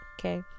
Okay